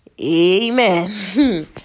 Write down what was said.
Amen